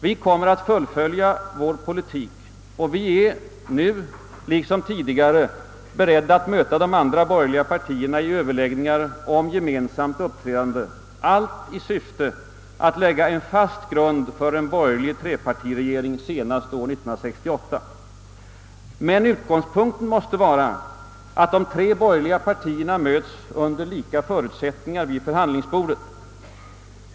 Vi kommer att fullfölja vår politik, och vi är nu liksom tidigare beredda att möta de andra borgerliga partierna i överläggningar om gemensamt uppträdande — allt i syfte att lägga en fast grund för en borgerlig trepartiregering senast år 1968. Men utgångspunkten måste vara att de tre borgerliga partierna möts vid förhandlingsbordet under lika förutsättningar.